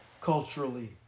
culturally